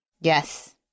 Yes